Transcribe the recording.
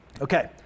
Okay